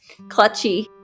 clutchy